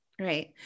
right